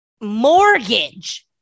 mortgage